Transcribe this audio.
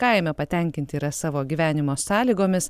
kaime patenkinti yra savo gyvenimo sąlygomis